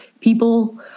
people